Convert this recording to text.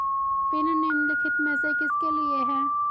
Pin निम्नलिखित में से किसके लिए है?